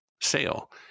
sale